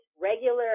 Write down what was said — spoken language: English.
regular